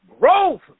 growth